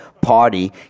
party